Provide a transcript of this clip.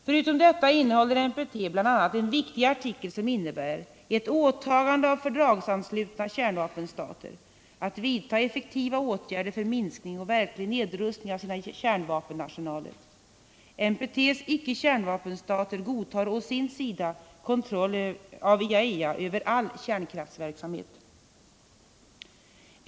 Förutom detta innehåller NPT bl.a. en viktig artikel som innebär ett åtagande av fördragsanslutna kärnvapenstater att vidta effektiva åtgärder för minskning och verklig nedrustning av sina kärnvapenarsenaler. NPT:s ickekärnvapenstater godtar å sin sida kontroll av IAEA över all kärnkraftsverksamhet.